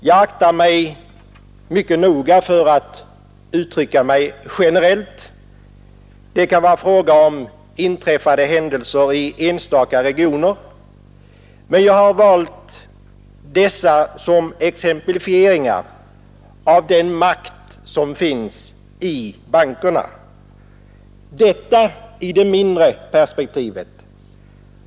Jag aktar mig här mycket noga för att uttrycka mig generellt — det kan ha varit fråga om inträffade händelser i enstaka regioner — men jag har med detta velat exemplifiera den makt som finns i bankerna. Detta är sådant som händer i det mindre perspektivet.